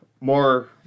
more